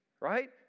Right